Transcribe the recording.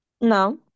No